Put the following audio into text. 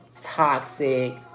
toxic